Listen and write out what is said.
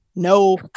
No